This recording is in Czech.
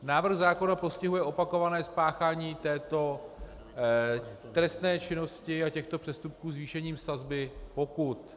Návrh zákona postihuje opakované spáchání této trestné činnosti a těchto přestupků zvýšením sazby pokut.